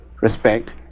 respect